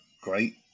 great